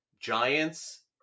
Giants